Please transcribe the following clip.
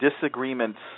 disagreements